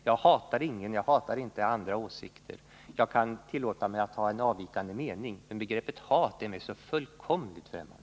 Jag hatar ingen, jag hatar inte andras åsikter. Jag kan tillåta mig att ha en avvikande mening, men begreppet hat är mig fullkomligt främmande.